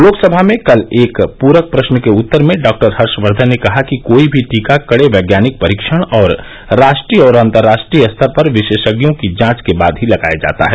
लोकसभा में कल एक प्रक प्रश्न के उत्तर में डॉ हर्षवर्धन ने कहा कि कोई भी टीका कड़े वैज्ञानिक परीक्षण और राष्ट्रीय और अंतर्राष्ट्रीय स्तर पर विशेषज्ञों की जांच के बाद ही लगाया जाता है